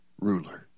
ruler